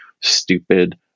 stupid